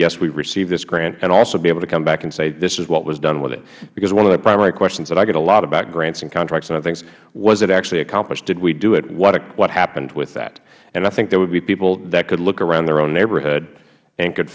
have received this grant and also be able to come back and say this is what was done with it because one of the primary questions that i get a lot about grants and contracts and other things was it actually accomplished did we do it what happened with that i think there would be people that could look around their own neighborhood and could